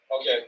okay